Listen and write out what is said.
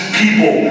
people